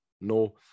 No